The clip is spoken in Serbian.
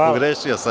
Pogrešio sam.